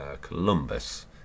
Columbus